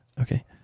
Okay